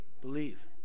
Believe